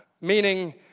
Meaning